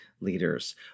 leaders